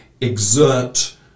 exert